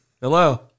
Hello